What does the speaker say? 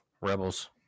Rebels